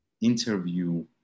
interview